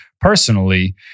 personally